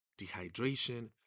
dehydration